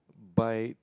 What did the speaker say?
by